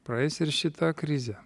praeis ir šita krizė